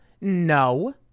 No